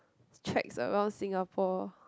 tracks around Singapore